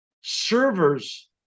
servers